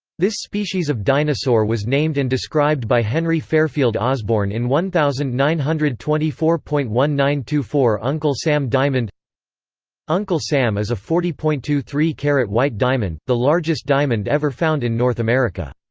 this species of dinosaur was named and described by henry fairfield osborn in one thousand nine hundred and twenty four point one nine two four uncle sam diamond uncle sam is a forty point two three carat white diamond, the largest diamond ever found in north america.